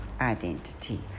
identity